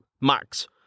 max